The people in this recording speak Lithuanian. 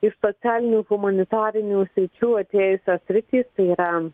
iš socialinių humanitarinių sričių atėjusios sritys tai yra